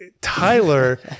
Tyler